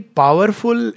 powerful